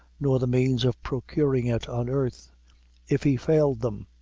nor the means of procuring it on earth if he failed them.